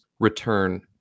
return